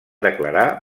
declarar